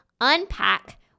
unpack